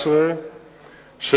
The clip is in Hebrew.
18),